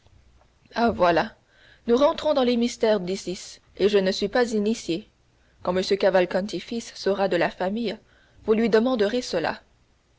voilà nous rentrons dans les mystères d'isis et je ne suis pas initié quand m cavalcanti fils sera de la famille vous lui demanderez cela